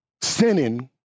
sinning